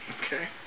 Okay